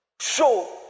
show